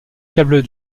câble